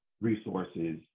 resources